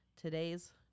Today's